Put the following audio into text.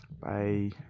bye